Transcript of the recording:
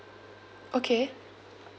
okay